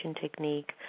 technique